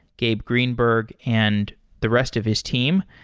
gabe greenberg, and the rest of his team.